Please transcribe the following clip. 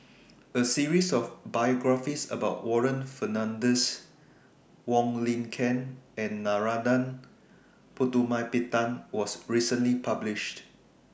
A series of biographies about Warren Fernandez Wong Lin Ken and Narana Putumaippittan was recently published